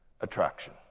attraction